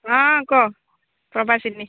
ହଁ କୁହ ପ୍ରଭାସିନୀ